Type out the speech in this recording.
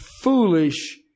foolish